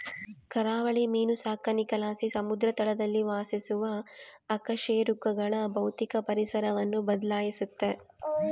ಕರಾವಳಿ ಮೀನು ಸಾಕಾಣಿಕೆಲಾಸಿ ಸಮುದ್ರ ತಳದಲ್ಲಿ ವಾಸಿಸುವ ಅಕಶೇರುಕಗಳ ಭೌತಿಕ ಪರಿಸರವನ್ನು ಬದ್ಲಾಯಿಸ್ತತೆ